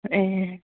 ए